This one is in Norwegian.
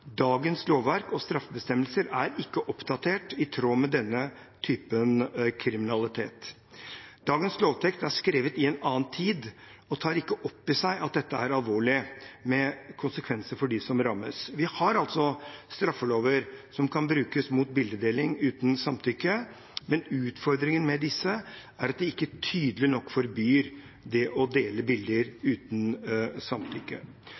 Dagens lovverk og straffebestemmelser er ikke oppdatert i tråd med denne typen kriminalitet. Dagens lovtekst er skrevet i en annen tid og tar ikke opp i seg at dette er alvorlig, med konsekvenser for dem som rammes. Vi har altså straffelover som kan brukes mot bildedeling uten samtykke, men utfordringen med disse er at de ikke tydelig nok forbyr det å dele bilder uten samtykke.